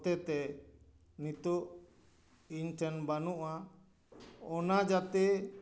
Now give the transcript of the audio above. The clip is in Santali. ᱦᱚᱛᱮᱛᱮ ᱱᱤᱛᱳᱜ ᱤᱧᱴᱷᱮᱱ ᱵᱟᱹᱱᱩᱜᱼᱟ ᱚᱱᱟ ᱡᱟᱛᱮ